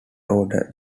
order